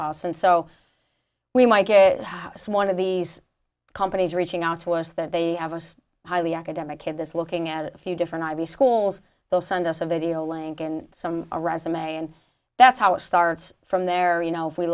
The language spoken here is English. us and so we might get a house one of these companies reaching out to us that they have a highly academic kid this looking at a few different ivy schools they'll send us a video link and some resume and that's how it starts from there you know if we